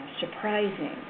surprising